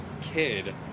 kid